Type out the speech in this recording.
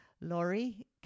Laurie